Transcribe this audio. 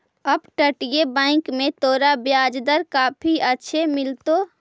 अपतटीय बैंक में तोरा ब्याज दर काफी अच्छे मिलतो